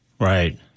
Right